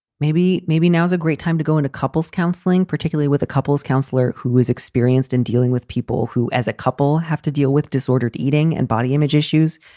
maybe, maybe now's a great time to go into couples counseling, particularly with a couples counselor who is experienced in dealing with people who as a couple have to deal with disordered eating and body image issues,